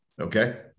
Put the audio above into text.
Okay